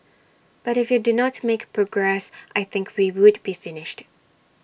but if you do not make progress I think we would be finished